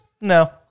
no